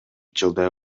жылдай